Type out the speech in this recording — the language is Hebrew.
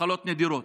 מחלות נדירות.